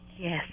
Yes